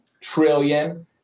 trillion